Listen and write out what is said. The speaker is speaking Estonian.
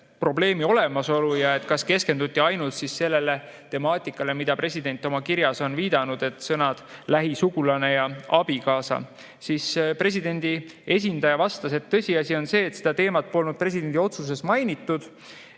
probleemi olemasolu ja kas keskenduti ainult sellele temaatikale, millele president oma kirjas on viidanud, nimelt sõnad "lähisugulane" ja "abikaasa". Presidendi esindaja vastas, et tõsiasi, et seda teemat polnud presidendi otsuses mainitud.